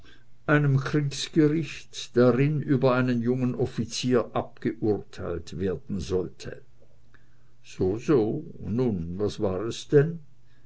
einem kriegsgericht drin über einen jungen offizier abgeurteilt werden sollte so so nun was war es denn